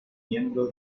miembro